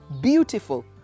beautiful